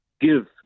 give